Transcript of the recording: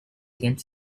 against